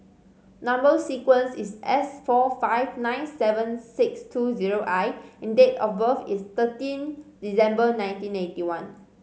number sequence is S four five nine seven six two zero I and date of birth is thirteen December nineteen eighty one